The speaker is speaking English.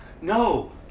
No